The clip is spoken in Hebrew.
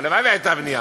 הלוואי שהייתה בנייה,